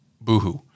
boohoo